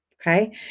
Okay